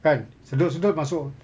kan sedut sedut masuk